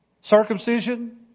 circumcision